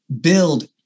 build